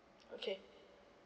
okay